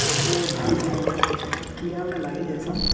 ସବୁ ଧାନ୍କେ ଆମର କିଡ଼ା ମାନେ ଲାଗିଯାଇସନ୍